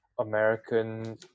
american